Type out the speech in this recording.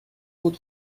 فود